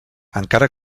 encara